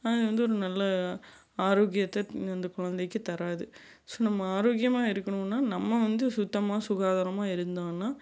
அது வந்து ஒரு நல்ல ஆரோக்கியத்தை அந்த குழந்தைக்கு தராது ஸோ நம்ம ஆரோக்கியமாக இருக்குணுன்னால் நம்ம வந்து சுத்தமாக சுகாதாரமாக இருந்தோன்னால்